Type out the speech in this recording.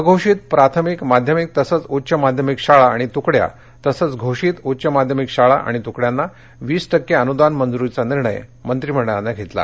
अघोषित प्राथमिक माध्यमिक तसंच उच्च माध्यमिक शाळा आणि तुकड्या तसंच घोषित उच्च माध्यमिक शाळा आणि तुकड्यांना वीस टक्के अनुदान मंजुरीचा निर्णय राज्य मंत्रिमंडळानं घेतला